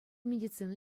медицина